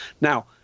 Now